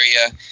area